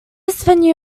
venue